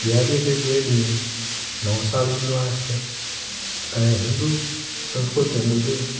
ॾियारीअ जे ॿिए ॾींहुं नओं साल ईंदो आहे ऐं हिंदु संस्कृति मुजिबि